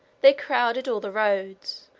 they crowded all the roads,